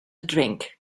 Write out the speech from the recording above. drink